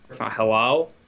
Hello